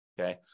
Okay